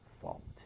fault